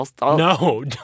No